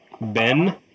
Ben